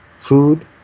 food